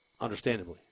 understandably